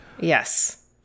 yes